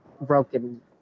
broken